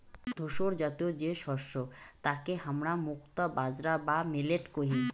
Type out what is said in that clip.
ধূসরজাতীয় যে শস্য তাকে হামরা মুক্তা বাজরা বা মিলেট কহি